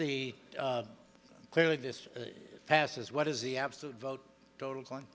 the clearly this passes what is the absolute vote total